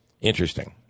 Interesting